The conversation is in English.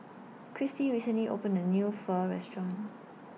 Christy recently opened A New Pho Restaurant